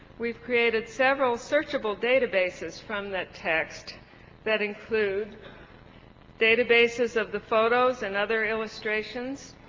we've created several searchable databases from that text that include databases of the photos and other illustrations,